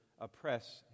oppress